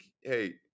hey